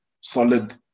solid